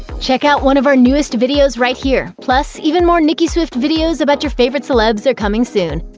check out one of our newest videos right here! plus, even more nicki swift videos about your favorite celebs are coming soon.